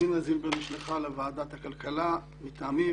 דינה זילבר נשלחה לוועדת הכלכלה מטעמי,